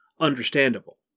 understandable